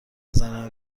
بزنن